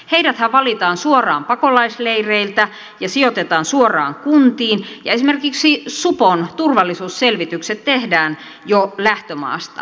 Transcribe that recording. heidäthän valitaan suoraan pakolaisleireiltä ja sijoitetaan suoraan kuntiin ja esimerkiksi supon turvallisuusselvitykset tehdään jo lähtömaassa